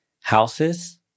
houses